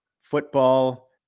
football